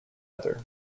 other